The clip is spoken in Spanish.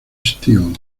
still